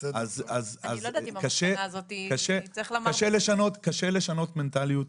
אז קשה לשנות מנטליות.